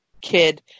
kid